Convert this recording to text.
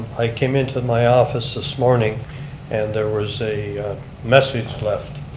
i came in to my office this morning and there was a message left.